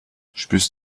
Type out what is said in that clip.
spürst